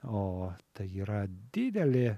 o tai yra didelė